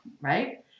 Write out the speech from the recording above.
right